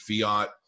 fiat